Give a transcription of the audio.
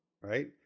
right